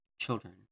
Children